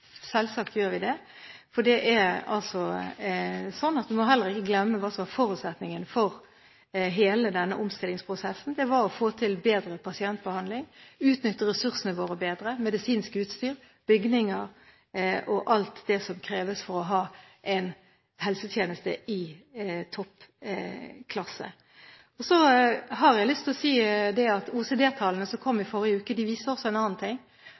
selvsagt gjør vi det – for vi må ikke glemme hva som var forutsetningen for hele denne omstillingsprosessen. Det var å få til bedre pasientbehandling, utnytte ressursene våre bedre – medisinsk utstyr, bygninger og alt det som kreves for å ha en helsetjeneste i toppklasse. Så har jeg lyst til å si at OECD-tallene som kom i forrige uke, også viser en annen ting